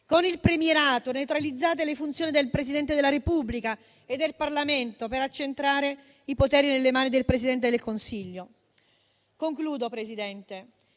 Con il premierato, neutralizzate le funzioni del Presidente della Repubblica e del Parlamento per accentrare i poteri nelle mani del Presidente del Consiglio. Il mio